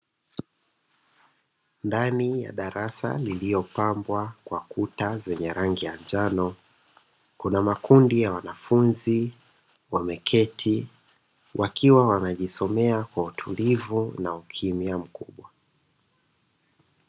Ndani ya darasa lililopambwa kwa kuta zenye rangi ya njano, kuna makundi ya wanafunzi wameketi wakiwa wanajisomea kwa utulivu na ukimya mkubwa.